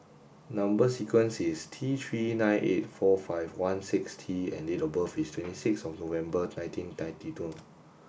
number sequence is T three nine eight four five one six T and date of birth is twenty six of November nineteen ninety two